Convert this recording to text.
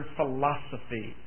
philosophy